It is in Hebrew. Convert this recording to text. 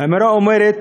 האמירה אומרת: